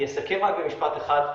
אני אסכם במשפט אחד,